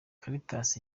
caritas